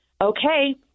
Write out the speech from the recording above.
okay